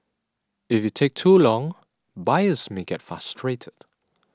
if you take too long buyers may get frustrated